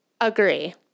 Agree